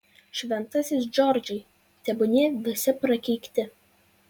šventasis džordžai tebūnie visi prakeikti